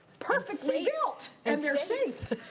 perfectly built, and they're safe!